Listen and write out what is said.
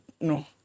No